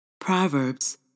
Proverbs